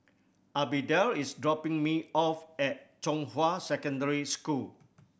Abdiel is dropping me off at Zhonghua Secondary School